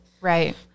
Right